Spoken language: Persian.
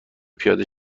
پیاده